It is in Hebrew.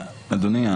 אדוני,